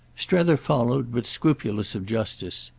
strether followed, but scrupulous of justice.